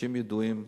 אנשים ידועים,